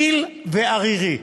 גיל וערירי.